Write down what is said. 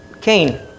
Cain